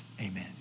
Amen